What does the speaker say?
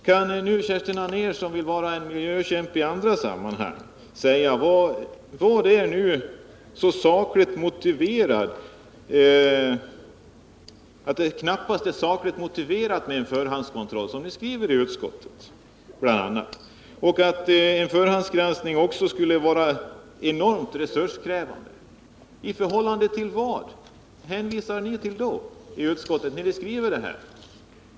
Kan Kerstin Anér, som vill vara miljökämpe i andra sammanhang, säga varför det knappast är sakligt motiverat med förhandskontroll, som ni bl.a. skriver i utskottsbetänkandet, och varför en förhandsgranskning skulle vara enormt resurskrävande? I förhållande till vad? Vad hänvisar ni till när ni skriver det här i utskottsbetänkandet?